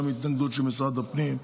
גם התנגדות של משרד הפנים.